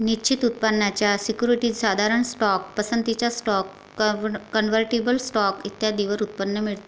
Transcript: निश्चित उत्पन्नाच्या सिक्युरिटीज, साधारण स्टॉक, पसंतीचा स्टॉक, कन्व्हर्टिबल स्टॉक इत्यादींवर उत्पन्न मिळते